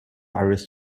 irish